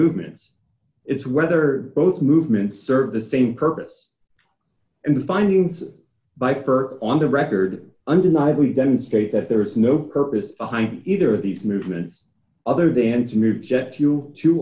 movements it's whether both movements serve the same purpose and the findings by fur on the record undeniably demonstrate that there is no purpose behind either of these movements other